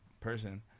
person